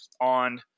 on